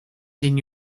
seen